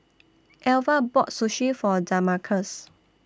Alvah bought Sushi For Damarcus